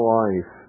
life